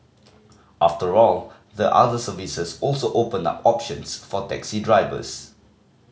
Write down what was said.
after all the other services also open up options for taxi drivers